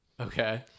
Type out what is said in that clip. Okay